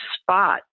spot